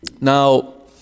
Now